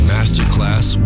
Masterclass